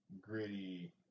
gritty